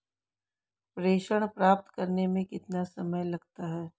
प्रेषण प्राप्त करने में कितना समय लगता है?